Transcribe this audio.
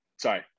Sorry